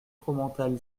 fromental